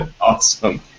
Awesome